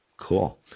Cool